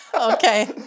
okay